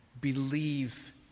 believe